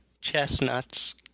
chestnuts